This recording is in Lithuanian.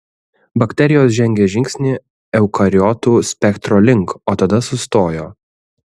bakterijos žengė žingsnį eukariotų spektro link o tada sustojo